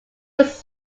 was